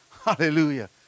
Hallelujah